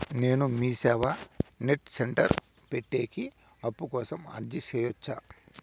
నేను MeeSeva net centre పెట్టేకి అప్పు కోసం అర్జీ సేయొచ్చా?